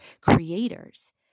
creators